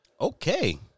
Okay